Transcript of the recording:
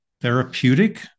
therapeutic